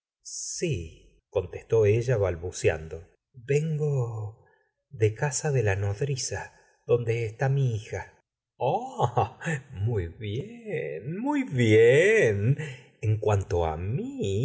sí contestó ella balbuceando vengo de casa de la nodriza donde está mi hija la señora de bovary muy bien muy bien en cuanto mí